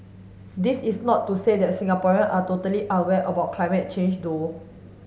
this is not to say that Singaporean are totally unaware about climate change though